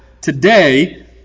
today